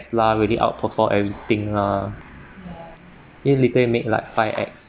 ~lareally outperform everything lah it later make like five X